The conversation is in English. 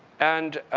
and